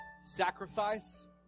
sacrifice